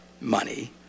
money